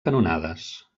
canonades